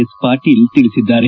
S Patil ತಿಳಿಸಿದ್ದಾರೆ